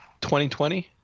2020